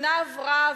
שנה עברה,